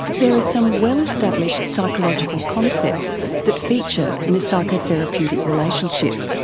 there are some well-established psychological concepts that feature in a psychotherapeutic relationship,